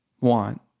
want